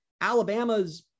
Alabama's